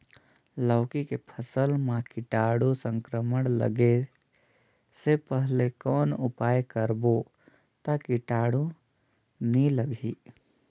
लौकी के फसल मां कीटाणु संक्रमण लगे से पहले कौन उपाय करबो ता कीटाणु नी लगही?